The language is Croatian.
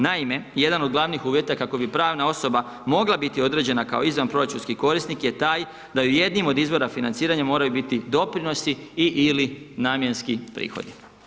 Naime, jedan od glavnih uvjeta, kako bi pravna osoba mogla biti određena kao izvan proračunski korisnik je taj da i u jednim od izvora financiranja moraju biti doprinosi i/ili namjenski prihodi.